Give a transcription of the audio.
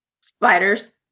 Spiders